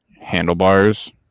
handlebars